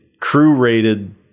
crew-rated